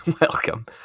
Welcome